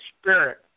spirit